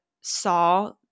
saw